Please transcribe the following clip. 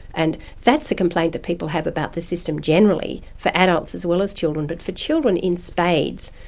and that's the complaint that people have about the system generally, for adults as well as children, but for children in spades,